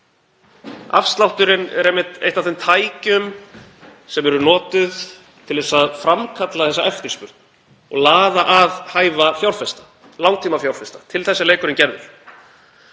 Afslátturinn er einmitt eitt af þeim tækjum sem eru notuð til að framkalla þessa eftirspurn og laða að hæfa fjárfesta, langtímafjárfesta. Til þess er leikurinn gerður.